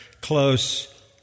close